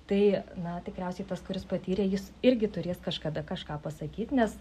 tai na tikriausiai tas kuris patyrė jis irgi turės kažkada kažką pasakyt nes